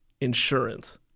insurance